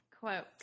Quote